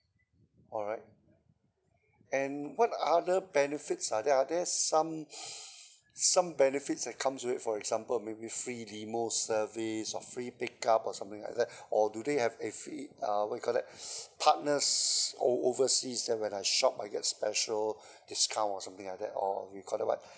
alright and what other benefits are there are there some some benefits that comes with it for example maybe free limo service or free pick up or something like that or do they have a free uh what you call that partners o~ overseas that when I shop I get special discount or something like that or you call that what